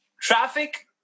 traffic